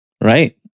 right